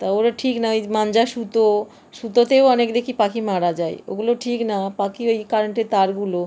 তা ওটা ঠিক না ওই মাঞ্জা সুতো সুতোতেও অনেক দেখি পাখি মারা যায় ওগুলো ঠিক না পাখি এই কারেন্টের তারগুলো